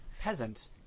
peasant